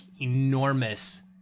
enormous